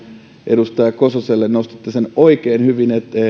edustaja kososelle nostitte sen oikein hyvin